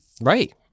Right